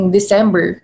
December